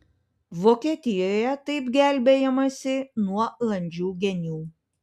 vokietijoje taip gelbėjamasi nuo landžių genių